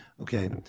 okay